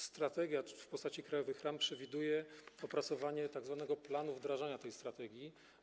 Strategia w postaci krajowych ram przewiduje opracowanie tzw. planu wdrażania tej strategii.